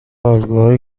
الگوهای